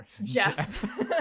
jeff